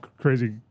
crazy